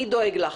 אני דואג לך.